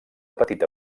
petita